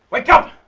wake up!